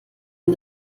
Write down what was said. ihm